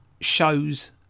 shows